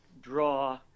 draw